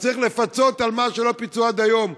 אז צריך לפצות על מה שלא פיצו עד היום,